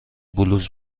بلوز